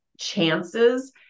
chances